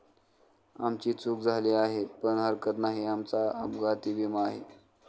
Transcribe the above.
आमची चूक झाली आहे पण हरकत नाही, आमचा अपघाती विमा आहे